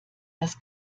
das